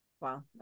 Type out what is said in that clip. Wow